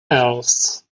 else